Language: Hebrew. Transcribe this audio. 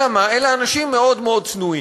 אלא מה, אלה אנשים מאוד מאוד צנועים.